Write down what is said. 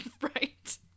Right